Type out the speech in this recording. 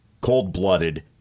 cold-blooded